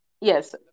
Yes